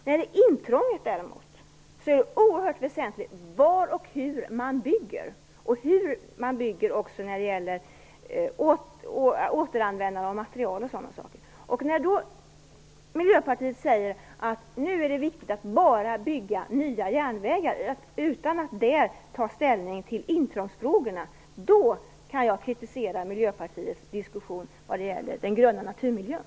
När det gäller intrånget är det oerhört väsentligt var och hur man bygger och hur man återanvänder material osv. När Miljöpartiet då säger att det är viktigt att bara bygga nya järnvägar utan att där ta ställning till intrångsfrågorna, kan jag kritisera Miljöpartiets diskussion vad gäller den gröna naturmiljön.